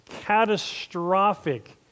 catastrophic